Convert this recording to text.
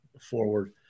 forward